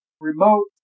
remote